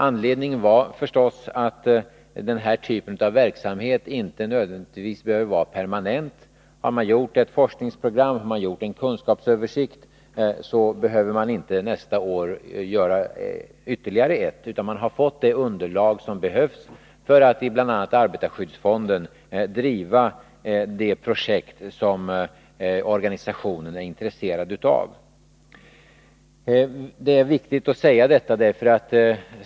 Anledningen var naturligtvis att denna typ av verksamhet inte nödvändigtvis behöver vara permanent. Har man utarbetat ett forskningsprogram och en kunskapsöversikt, behöver man inte nästa år göra ytterligare ett sådant arbete, utan då har man fått det underlag som behövs för att i bl.a. arbetarskyddsfonden driva de projekt som organisationerna är intresserade av. Det är viktigt att säga detta.